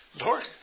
Lord